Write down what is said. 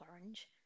orange